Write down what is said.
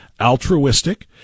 altruistic